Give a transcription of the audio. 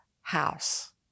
house